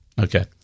Okay